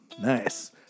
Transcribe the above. Nice